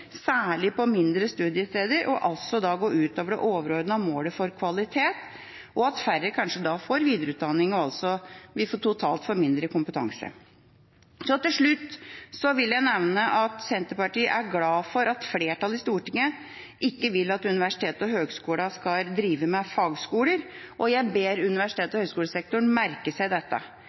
særlig på mindre studiesteder, og altså da gå ut over det overordnede målet om kvalitet, som igjen kanskje kan føre til at færre får videreutdanning, og at vi totalt sett får mindre kompetanse. Til slutt vil jeg nevne at Senterpartiet er glade for at flertallet i Stortinget ikke vil at universitetene og høyskolene skal drive med fagskoler, og jeg ber universitets- og høyskolesektoren merke seg dette.